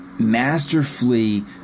Masterfully